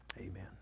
amen